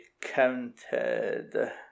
counted